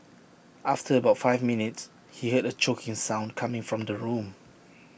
after about five minutes he heard A choking sound coming from the room